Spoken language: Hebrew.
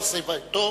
שיבתו